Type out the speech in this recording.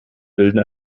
bilden